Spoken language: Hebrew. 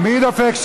בזכותם